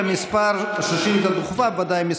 אנחנו עוברים לשאילתה הבאה: היעדר אכיפה בדרום תל אביב.